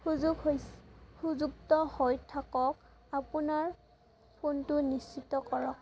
সুযোগ হৈ সুযুক্ত হৈ থাকক আপোনাৰ ফোনটো নিশ্চিত কৰক